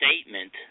statement